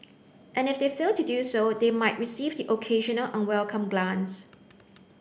and if they fail to do so they might receive the occasional unwelcome glance